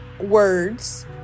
words